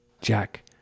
Jack